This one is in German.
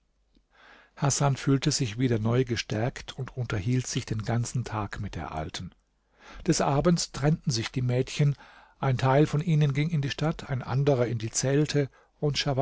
hasan fühlte sich wieder neu gestärkt und unterhielt sich den ganzen tag mit der alten des abends trennten sich die mädchen ein teil von ihnen ging in die stadt ein anderer in die zelte